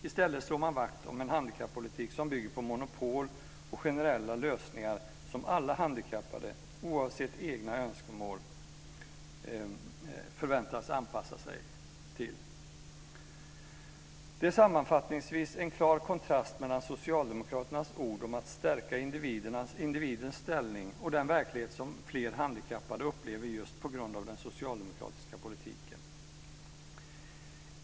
I stället slår man vakt om en handikappolitik som bygger på monopol och generella lösningar som alla handikappade, oavsett egna önskemål, förväntas anpassa sig till. Det är sammanfattningsvis en klar kontrast mellan socialdemokraternas ord om att stärka individens ställning och den verklighet som alltfler handikappade upplever just på grund av den socialdemokratiska politiken.